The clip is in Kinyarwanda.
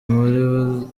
muri